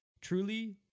truly